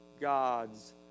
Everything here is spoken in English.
gods